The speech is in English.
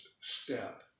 step